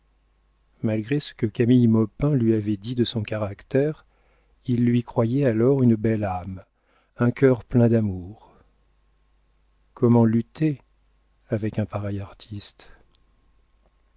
malgré ce que camille maupin lui avait dit de son caractère il lui croyait alors une belle âme un cœur plein d'amour comment lutter avec un pareil